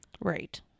right